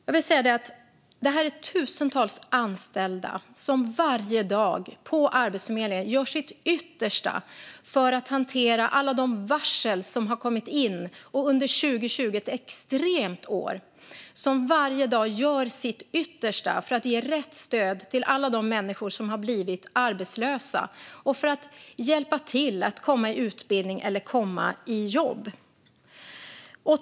Jag vill säga att detta handlar om tusentals anställda på Arbetsförmedlingen som varje dag gör sitt yttersta för att hantera alla de varsel som har kommit in. Under 2020, ett extremt år, gjorde de varje dag sitt yttersta för att ge rätt stöd till alla de människor som har blivit arbetslösa och hjälpa dem att komma i utbildning eller jobb.